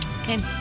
okay